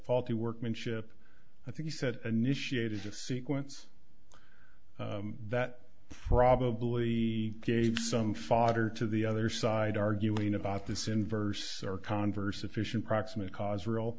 faulty workmanship i think he said initiated a sequence that probably gave some fodder to the other side arguing about this inverse or converse efficient proximate cause or all